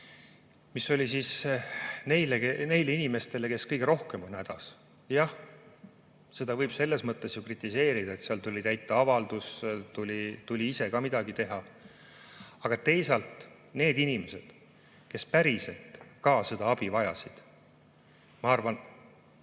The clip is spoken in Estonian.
mis oli neile inimestele, kes kõige rohkem on hädas. Jah, seda võib ju kritiseerida, et seal tuli täita avaldus, tuli ise ka midagi teha. Aga teisalt, need inimesed, kes päriselt abi vajasid, ma arvan,